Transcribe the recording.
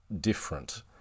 different